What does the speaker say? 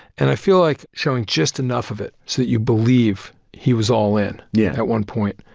and i feel like showing just enough of it, so that you believe he was all in yeah at one point,